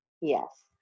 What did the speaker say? Yes